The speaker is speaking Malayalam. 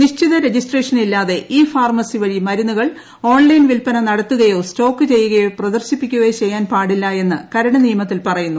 നിശ്ചിത രജിസ്ട്രേഷനില്ലാതെ ഇ ഫാർമസി വഴി മരുന്നുകൾ ഓൺലൈൻ വിൽപ്പന നടത്തുകയോ സ്റ്റോക്കുചെയ്യുകയോ പ്രദർശിപ്പിക്കുകയോ ചെയ്യാൻ പാടില്ലും എന്ന് കരട് നിയമത്തിൽ പറയുന്നു